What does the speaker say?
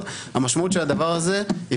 בהולנד בה יש חוקה,